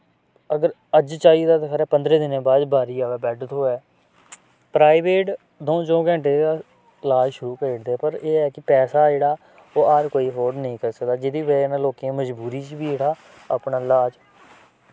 अगर अज्ज चाहिदा ते खरै पन्द्रें दिनें बाद च बारी आए बैड्ड थ्होए प्राइवेट द'ऊं च'ऊं घैंटे च लाज शुरू करी ओड़दे पर एह् ऐ कि पैसा जेह्ड़ा ओह् हर कोई अफोर्ड नेईं करी सकदा जेह्दी वजह् कन्नै लोकें मजबूरी च बी जेह्ड़ा अपना लाज